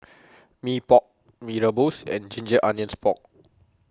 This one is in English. Mee Pok Mee Rebus and Ginger Onions Pork